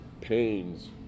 pains